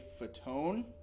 Fatone